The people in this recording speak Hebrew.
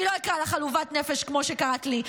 אני לא אקרא לך עלובת נפש כמו שקראת לי.